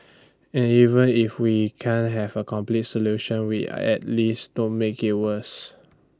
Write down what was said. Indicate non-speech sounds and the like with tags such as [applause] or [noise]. and even if we can't have A complete solution we [hesitation] at least don't make IT worse